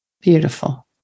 Beautiful